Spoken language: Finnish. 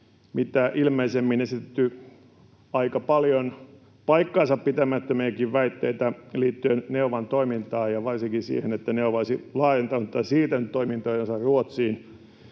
mitä ilmeisimmin esitetty aika paljon paikkansapitämättömiäkin väitteitä liittyen Neovan toimintaan ja varsinkin siihen, että Neova olisi laajentanut tai siirtänyt toimintojansa Ruotsiin.